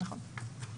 נכון.